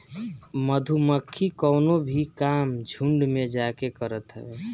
मधुमक्खी कवनो भी काम झुण्ड में जाके करत हवे